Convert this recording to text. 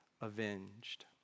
avenged